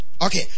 Okay